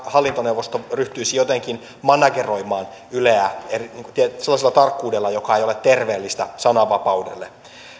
hallintoneuvosto ryhtyisi jotenkin manageroimaan yleä niin kuin tiedätte sellaisella tarkkuudella joka ei ole terveellistä sananvapaudelle